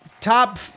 top